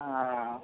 ആ